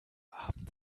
abend